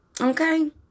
okay